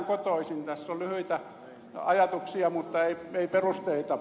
tässä on lyhyitä ajatuksia mutta ei perusteita